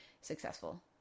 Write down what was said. successful